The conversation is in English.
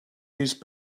use